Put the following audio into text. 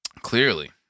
Clearly